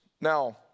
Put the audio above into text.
Now